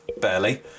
barely